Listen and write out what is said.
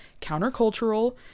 countercultural